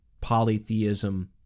polytheism